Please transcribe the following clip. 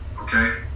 okay